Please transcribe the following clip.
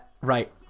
Right